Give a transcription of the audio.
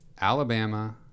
Alabama